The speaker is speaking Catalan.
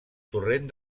torrent